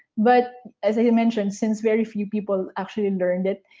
but as i mentioned, since very few people actually learned it,